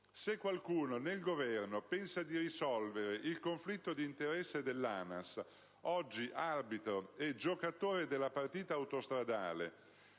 Se qualcuno nel Governo pensa di risolvere il conflitto di interesse dell'ANAS, oggi arbitro e giocatore della partita autostradale,